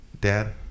Dad